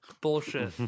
bullshit